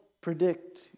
predict